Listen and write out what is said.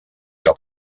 que